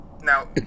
Now